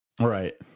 Right